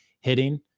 hitting